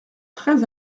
très